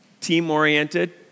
team-oriented